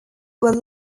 were